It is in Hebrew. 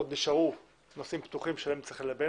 עוד נשארו נושאים פתוחים אותם נצטרך ללבן